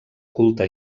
culte